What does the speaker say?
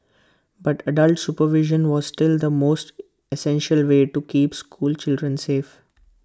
but adult supervision was still the most essential way to keep school children safe